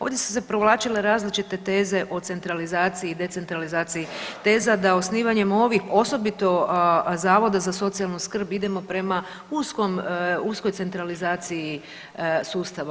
Ovdje su se provlačile različite teze o centralizaciji, decentralizaciji teza da osnivanjem ovih osobito zavoda za socijalnu skrb idemo prema uskoj centralizaciji sustava.